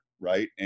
right